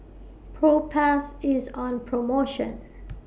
Propass IS on promotion